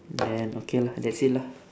then okay lah that's it lah